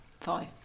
Five